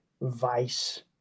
vice